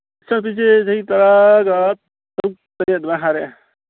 ꯏꯆꯥꯅꯨꯄꯤꯁꯦ ꯆꯍꯤ ꯇꯔꯥꯒ ꯇꯔꯨꯛ ꯇꯔꯦꯠ ꯑꯗꯨꯃꯥꯏ ꯍꯥꯏꯔꯛꯑꯦ